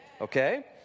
Okay